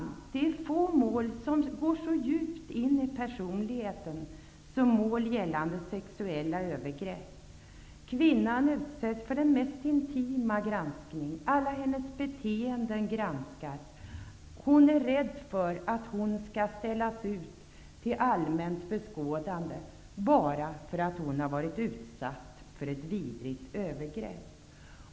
Tänk på att det är få mål som går så djupt in i personligheten som mål gällande sexuella övergrepp. Kvinnan utsätts för den mest intima granskning. Alla hennes beteenden granskas. Hon är rädd för att hon skall ställas ut till allmänt beskådande bara därför att hon har varit utsatt för ett vidrigt övergrepp.